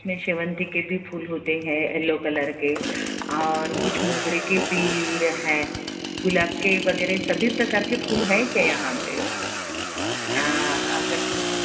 उसमें शेवंती के भी फूल होते हैं येलो कलर के और कुछ मोगरे के भी हैं गुलाब के वगैरह सभी प्रकार के फूल हैं क्या यहाँ पर अगर तो